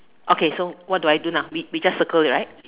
okay so what do I do now we we just circle it right